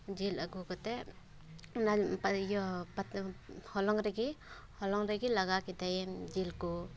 ᱡᱤᱞ ᱟᱹᱜᱩ ᱠᱟᱛᱮ ᱚᱱᱟᱯ ᱤᱭᱟᱹ ᱯᱟᱛ ᱦᱚᱞᱚᱝ ᱨᱮᱜᱮ ᱦᱚᱞᱚᱝ ᱨᱮᱜᱮ ᱞᱟᱜᱟ ᱠᱮᱫᱟᱭᱮᱢ ᱡᱤᱞ ᱠᱚ